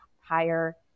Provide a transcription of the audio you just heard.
higher